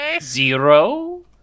Zero